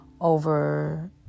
over